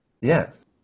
Yes